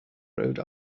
rhode